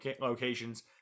locations